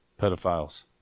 pedophiles